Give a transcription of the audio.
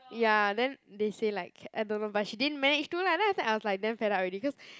ya then they say like I don't know but she didn't manage to lah then after that I was like damn fed up already cause